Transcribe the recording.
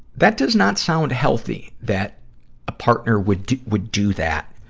that does not sound healthy, that a partner would do, would do that,